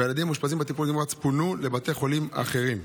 הילדים המאושפזים בטיפול נמרץ פונו לבתי חולים אחרים.